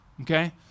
okay